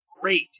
great